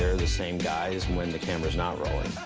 they're the same guys when the camera's not rolling.